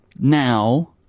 now